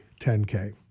10K